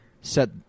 set